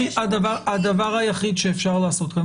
הדבר היחיד שאפשר לעשות כאן,